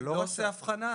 אני לא עושה הבחנה.